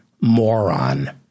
moron